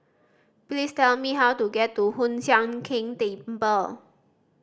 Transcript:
please tell me how to get to Hoon Sian Keng Temple